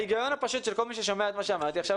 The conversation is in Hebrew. ההיגיון הפשוט של כל מי ששומע את מה שאמרתי עכשיו